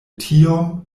tiom